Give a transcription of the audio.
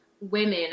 women